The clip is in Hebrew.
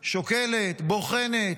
שוקלת, בוחנת,